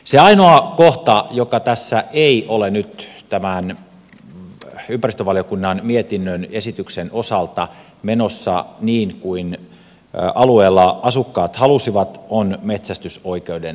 se ainoa kohta joka tässä ei ole nyt tämän ympäristövaliokunnan mietinnön esityksen osalta menossa niin kuin alueella asukkaat halusivat on metsästysoikeuden rajoittaminen